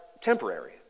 temporary